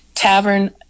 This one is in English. tavern